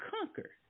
conquer